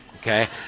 okay